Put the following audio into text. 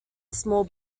small